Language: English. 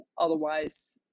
otherwise